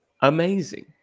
amazing